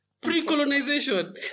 Pre-colonization